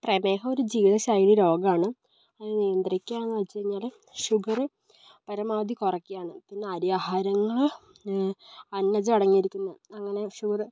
പ്രമേഹം ഒരു ജീവിതശൈലി രോഗമാണ് അത് നിയന്ത്രിക്കാമെന്നു വച്ചുകഴിഞ്ഞാല് ഷുഗർ പരമാവധി കുറയ്ക്കുകയാണ് പിന്നെ അരി ആഹാരങ്ങൾ അന്നജം അടങ്ങിയിരിക്കുന്നത് അങ്ങനെ ഷുഗർ